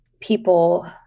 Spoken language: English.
people